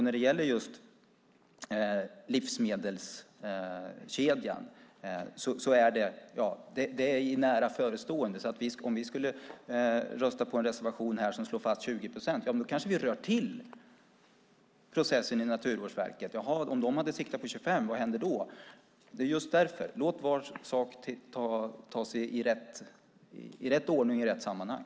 När det gäller livsmedelskedjan är ett förslag nära förestående, så om vi här skulle rösta på en reservation som slår fast 20 procent, då kanske vi rör till processen i Naturvårdsverket. Om de hade siktat på 25 procent, vad händer då? Låt var sak tas i rätt ordning och i rätt sammanhang!